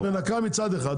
אז את מנכה מצד אחד,